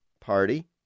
Party